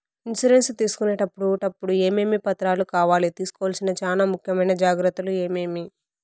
Insurance తీసుకునేటప్పుడు టప్పుడు ఏమేమి పత్రాలు కావాలి? తీసుకోవాల్సిన చానా ముఖ్యమైన జాగ్రత్తలు ఏమేమి?